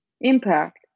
impact